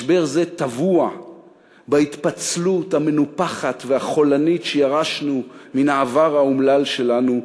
משבר זה טבוע בהתפצלות המנופחת והחולנית שירשנו מן העבר האומלל שלנו,